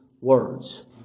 words